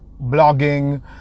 blogging